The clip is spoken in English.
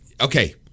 Okay